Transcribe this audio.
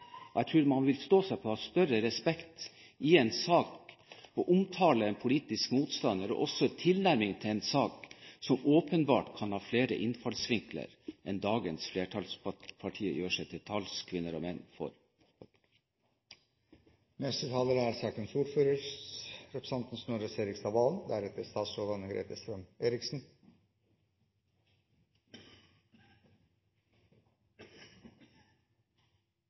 Jeg tror man vil stå seg på å vise større respekt for en sak og i omtalen av en politisk motstander, og også i tilnærmingen til en sak som åpenbart kan ha flere innfallsvinkler, enn det dagens flertallspartier gjør seg til talskvinner og talsmenn for.